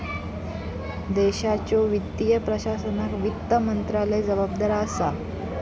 देशाच्यो वित्तीय प्रशासनाक वित्त मंत्रालय जबाबदार असा